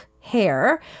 hair